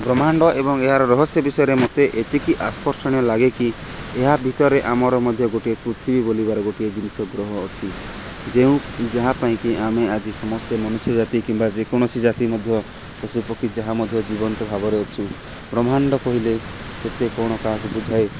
ବ୍ରହ୍ମାଣ୍ଡ ଏବଂ ଏହାର ରହସ୍ୟ ବିଷୟରେ ମୋତେ ଏତିକି ଆକର୍ଷଣୀୟ ଲାଗେ କିି ଏହା ଭିତରେ ଆମର ମଧ୍ୟ ଗୋଟିଏ ପୃଥିବୀ ବୋଲିବାର ଗୋଟିଏ ଜିନିଷ ଗ୍ରହ ଅଛି ଯେଉଁ ଯାହା ପାଇଁକି ଆମେ ଆଜି ସମସ୍ତେ ମନୁଷ୍ୟ ଜାତି କିମ୍ବା ଯେକୌଣସି ଜାତି ମଧ୍ୟ ପଶୁପକ୍ଷୀ ଯାହା ମଧ୍ୟ ଜୀବନ୍ତ ଭାବରେ ଅଛୁ ବ୍ରହ୍ମାଣ୍ଡ କହିଲେ କେତେ କ'ଣ କାହାକୁ ବୁଝାଏ